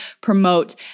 promote